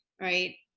right